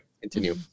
continue